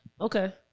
Okay